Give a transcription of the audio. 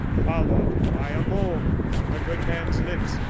followed by a moan from the good man's lips.